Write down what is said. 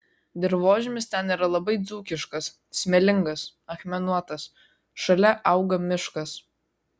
dirvožemis ten yra labai dzūkiškas smėlingas akmenuotas šalia auga miškas